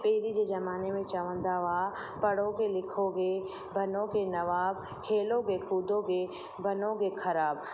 पहिरीं जे ज़माने में चवंदा हुआ पढ़ोगे लिखोगे बनोगे नवाब खेलोगे कुदोगे बनोगे ख़राबु